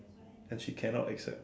and she cannot accept